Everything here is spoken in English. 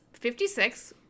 56